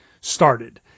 started